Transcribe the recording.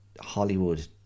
hollywood